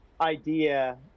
idea